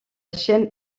chaîne